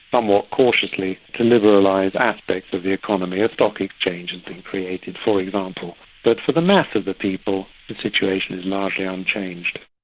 somewhat cautiously to liberalise like aspects of the economy, a stock exchange has been created for example. but for the mass of the people, the situation is largely unchanged.